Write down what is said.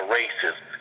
racist